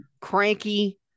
cranky